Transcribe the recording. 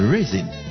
Raising